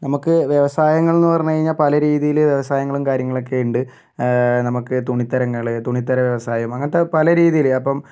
നമ്മൾക്ക് വ്യവസായങ്ങൾ എന്ന് പറഞ്ഞു കഴിഞ്ഞാൽ പല രീതിയിൽ വ്യവസായങ്ങളും കാര്യങ്ങളൊക്കെയുണ്ട് നമ്മൾക്ക് തുണിത്തരങ്ങൾ തുണിത്തര വ്യവസായം അങ്ങനത്തെ പല രീതിയിൽ അപ്പം